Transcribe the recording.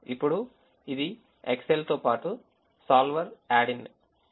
ఇప్పుడు ఇది ఎక్సెల్ తో పాటు solver add in